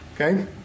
Okay